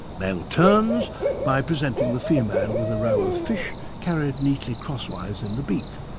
male terns by presenting the female with a row of fish carried neatly crosswise in the beak.